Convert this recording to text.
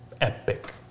Epic